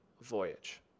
Voyage